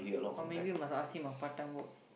oh maybe you must ask him a part time work